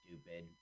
stupid